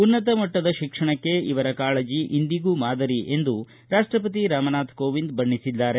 ಉನ್ನತ ಮಟ್ಟದ ಶಿಕ್ಷಣಕ್ಕೆ ಇವರ ಕಾಳಜಿ ಇಂದಿಗೂ ಮಾದರಿ ಎಂದು ರಾಷ್ಟಪತಿ ರಾಮನಾಥ ಕೋವಿಂದ್ ಬಣ್ಣಿಸಿದರು